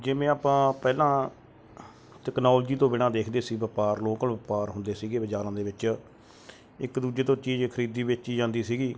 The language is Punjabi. ਜਿਵੇਂ ਆਪਾਂ ਪਹਿਲਾਂ ਟੈਕਨੋਲਜੀ ਤੋਂ ਬਿਨਾਂ ਦੇਖਦੇ ਸੀ ਵਪਾਰ ਲੋਕਲ ਵਪਾਰ ਹੁੰਦੇ ਸੀਗੇ ਬਜ਼ਾਰਾਂ ਦੇ ਵਿੱਚ ਇੱਕ ਦੂਜੇ ਤੋਂ ਚੀਜ਼ ਖਰੀਦੀ ਵੇਚੀ ਜਾਂਦੀ ਸੀਗੀ